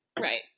Right